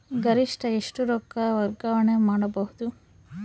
ಗರಿಷ್ಠ ಎಷ್ಟು ರೊಕ್ಕ ವರ್ಗಾವಣೆ ಮಾಡಬಹುದು?